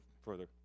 further